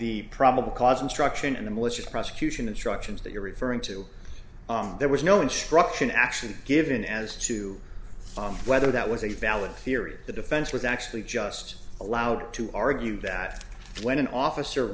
the probable cause instruction in the malicious prosecution instructions that you're referring to there was no instruction actually given as to whether that was a valid theory or the defense was actually just allowed to argue that when an officer